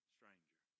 Stranger